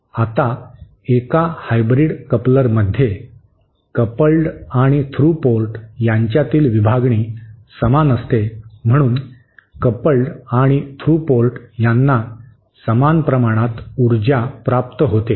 आता एका हायब्रीड कपलरमध्ये कपल्ड आणि थ्रू पोर्ट यांच्यातील विभागणी समान असते म्हणून कपल्ड आणि थ्रू पोर्ट यांना समान प्रमाणात ऊर्जा प्राप्त होते